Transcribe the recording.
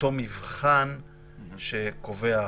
לאותו מבחן שקובע החוק.